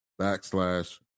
backslash